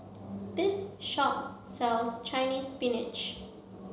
this shop sells Chinese Spinach